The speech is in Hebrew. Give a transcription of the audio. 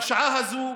בשעה הזו,